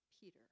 Peter